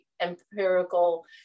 empirical